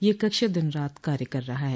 यह कक्ष दिन रात काय कर रहा है